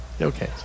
Okay